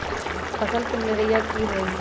फसल के निराया की होइ छई?